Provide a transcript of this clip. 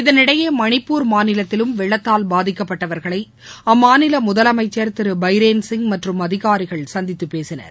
இதனிடையே மணிப்பூர் மாநிலத்திலும் வெள்ளத்தால் பாதிக்கப்பட்டவர்களை அம்மாநில முதலமைச்சர் திரு பைரேன் சிங் மற்றும் அதிகாரிகள் சந்தித்து பேசினர்